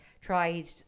tried